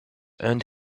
earned